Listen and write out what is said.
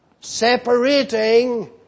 Separating